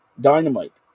Dynamite